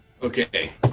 Okay